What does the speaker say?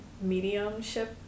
mediumship